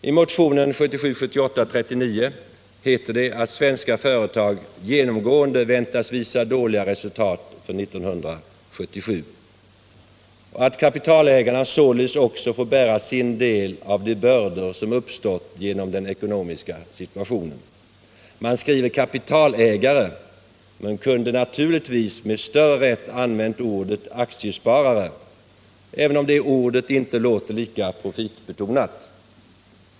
I motionen 1977/78:39 heter det att svenska företag genomgående väntas visa dåliga resultat för 1977 och att kapitalägarna således också får bära sin del av de bördor som uppstått till följd av den ekonomiska situationen. Man skriver kapitalägare, men kunde naturligtvis med större rätt ha använt ordet aktiesparare, även om det ordet inte låter lika profitbetonat.